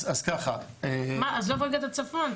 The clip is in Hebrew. אז ככה --- עזוב רגע את הצפון,